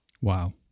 Wow